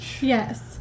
Yes